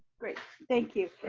great, thank you.